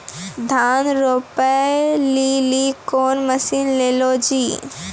धान रोपे लिली कौन मसीन ले लो जी?